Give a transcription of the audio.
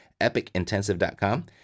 Epicintensive.com